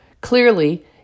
Clearly